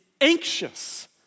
anxious